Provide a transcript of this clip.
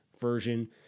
version